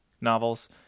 novels